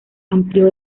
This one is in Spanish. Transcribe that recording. amplió